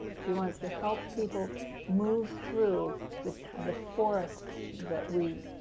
she wants to help people move through the the forest that we